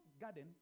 garden